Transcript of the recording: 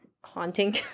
haunting